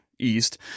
east